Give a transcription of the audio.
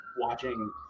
watching